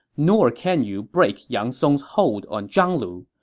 nor can you break yang song's hold on zhang lu.